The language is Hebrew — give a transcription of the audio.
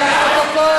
לפרוטוקול,